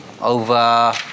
over